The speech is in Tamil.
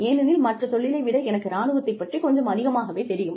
ஏனெனில் மற்ற தொழிலை விட எனக்கு இராணுவத்தைப் பற்றி கொஞ்சம் அதிகமாகவேத் தெரியும்